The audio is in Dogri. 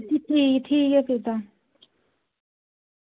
ठीक ठीक ऐ फिर तां